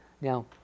now